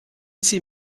sie